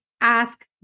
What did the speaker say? ask